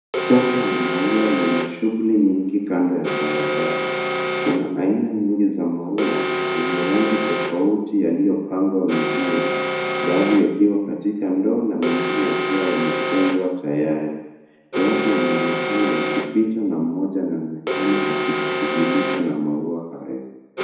Soko la maua lenye shughuli nyingi kando ya barabara. Kuna aina nyingi za maua yenye rangi tofauti yaliyopangwa vizuri baadhi yakiwa katika ndoo na mengine yakiwa yamefungwa tayari. Watu wanaonekana wakipita na mmoja anaonekana akijishughulisha na maua hayo.